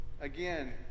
Again